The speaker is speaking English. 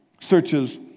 searches